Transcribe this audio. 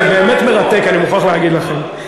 זה באמת מרתק, אני מוכרח להגיד לכם.